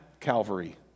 Calvary